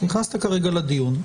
נכנסת כרגע לדיון,